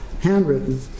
handwritten